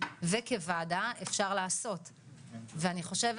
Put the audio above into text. אני חושב